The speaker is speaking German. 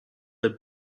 der